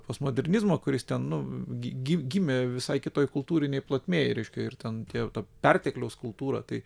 postmodernizmo kuris ten nu gi gimė visai kitoj kultūrinėj plotmėj reiškia ir ten tie pertekliaus kultūra tai